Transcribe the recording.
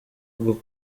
bwo